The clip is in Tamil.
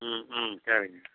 ம் ம் சரிங்க